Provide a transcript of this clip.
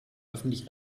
öffentlich